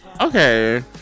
Okay